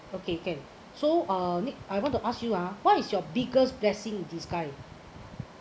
okay can so uh I want to ask you ah what is your biggest blessing disguise